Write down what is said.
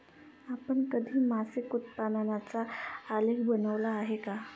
आपण कधी मासिक उत्पन्नाचा आलेख बनविला आहे का?